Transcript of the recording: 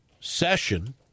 session